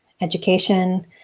education